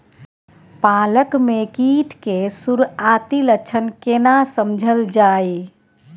पालक में कीट के सुरआती लक्षण केना समझल जाय?